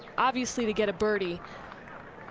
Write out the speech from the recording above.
obviously, to get a birdie.